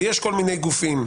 ויש כל מיני גופים,